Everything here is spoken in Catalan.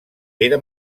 era